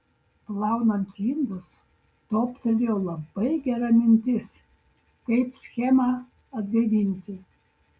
plaunant indus toptelėjo labai gera mintis kaip schemą atgaivinti